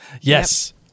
Yes